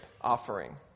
offering